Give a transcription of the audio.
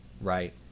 right